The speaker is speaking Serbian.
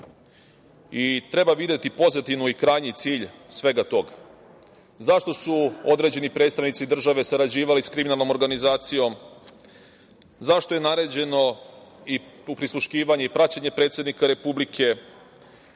i treba videti pozadinu i krajnji cilj svega toga. Zašto su određeni predstavnici države sarađivali sa kriminalnom organizacijom? Zašto je naređeno prisluškivanje i praćenje predsednika Republike?